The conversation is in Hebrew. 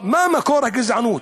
מה מקור הגזענות?